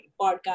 podcast